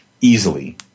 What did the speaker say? easily